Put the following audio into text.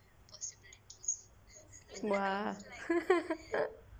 !wah!